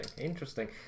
interesting